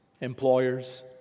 employers